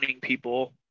people